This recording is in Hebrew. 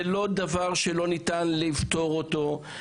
זה לא דבר שלא ניתן לפתור אותו.